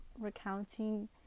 recounting